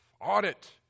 Audit